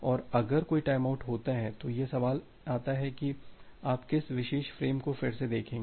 और अगर कोई टाइमआउट होता है तो यह सवाल आता है कि आप किस विशेष फ्रेम को फिर से देखेंगे